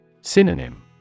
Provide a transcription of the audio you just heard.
Synonym